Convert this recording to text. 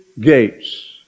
gates